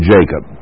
Jacob